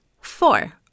Four